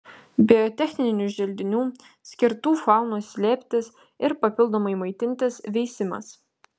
biotechninių želdinių skirtų faunai slėptis ir papildomai maitintis veisimas